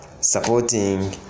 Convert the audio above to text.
supporting